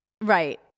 Right